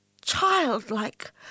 childlike